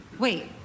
Wait